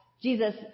Jesus